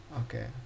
okay